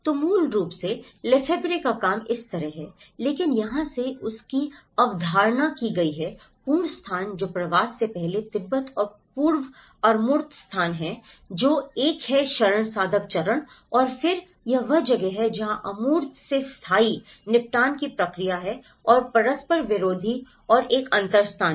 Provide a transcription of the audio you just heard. तो मूल रूप से लेफ़ेब्रे का काम इस तरह है लेकिन यहां से इसकी अवधारणा की गई है पूर्ण स्थान जो प्रवास से पहले तिब्बत और पूर्व अमूर्त स्थान है जो एक है शरण साधक चरण और फिर यह वह जगह है जहाँ अमूर्त से स्थायी निपटान की प्रक्रिया है और परस्पर विरोधी और एक अंतर स्थान